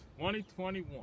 2021